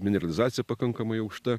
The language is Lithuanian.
mineralizacija pakankamai aukšta